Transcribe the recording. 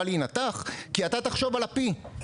לעבור ניתוח כי אתה תחשוב על ה- P,